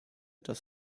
dass